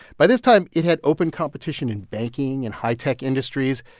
by this time, it had open competition in banking and high-tech industries.